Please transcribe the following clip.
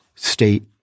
State